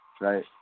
right